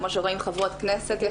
כמו שרואים שלחברות הכנסת יש